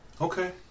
Okay